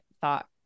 thought